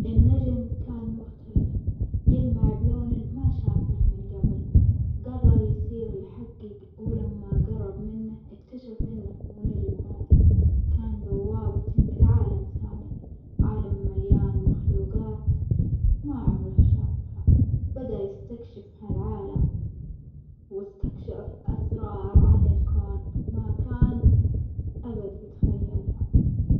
النجم كان مختلف يلمع بلون ما شافه من جبل، جرر يصير يحجج ولما جرب منه إكتشف إنه مو نجح عادي، كان بوابة إلى عالم ثاني، عالم مليان مخلوجات ما عمره شافها، بدأ يستكشف هالعالم واستكشف أسرار عن الكون ما كان أبد يتخيلها.